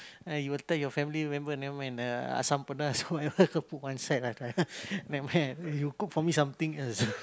ah you will tell your family member never mind uh Asam Pedas whatever put one side ah never mind you cook for me something else